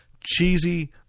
Cheesy